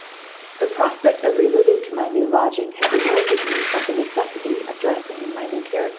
the prospect of removing to my new lodging had reminded me of the necessity of dressing in my new character.